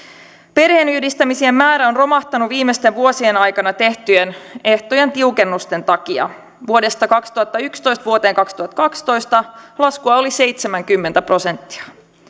perheenyhdistämisien määrä on romahtanut viimeisten vuosien aikana tehtyjen ehtojen tiukennusten takia vuodesta kaksituhattayksitoista vuoteen kaksituhattakaksitoista laskua oli seitsemänkymmentä prosenttia